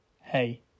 Hey